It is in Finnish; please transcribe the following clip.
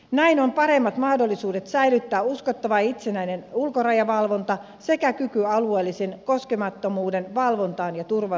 näin on paremmat mahdollisuudet säilyttää uskottava itsenäinen ulkorajavalvonta sekä kyky alueellisen koskemattomuuden valvontaan ja turvaamiseen